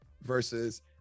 versus